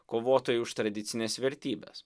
kovotojai už tradicines vertybes